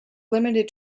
limited